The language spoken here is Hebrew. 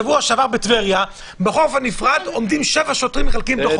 שבוע שעבר בטבריה בחוף הנפרד עומדים שבעה שוטרים ונותנים דוחות.